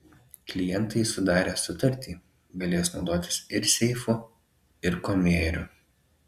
klientai sudarę sutartį galės naudotis ir seifu ir konvejeriu